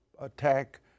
attack